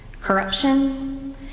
corruption